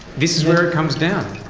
this is where it comes down?